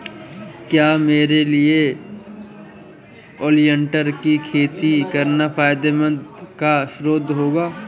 क्या मेरे लिए ओलियंडर की खेती करना फायदे का सौदा होगा?